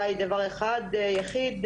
אולי דבר אחד ויחיד,